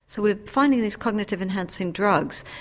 so we're finding these cognitive enhancing drugs,